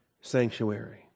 sanctuary